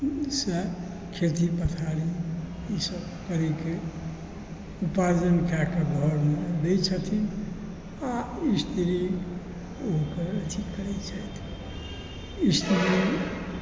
सँ खेती पथारी ईसब करैके उपार्जन कऽ कऽ घरमे दै छथिन आओर स्त्री ओकर अथी करै छथि स्त्री